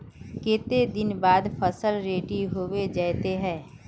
केते दिन बाद फसल रेडी होबे जयते है?